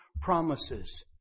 promises